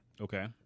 Okay